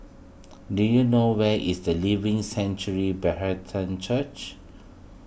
do you know where is the Living Sanctuary Brethren Church